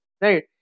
right